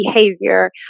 behavior